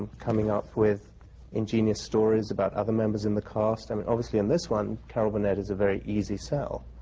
coming up with ingenious stories about other members in the cast. i mean, obviously in this one, carol burnett is a very easy sell.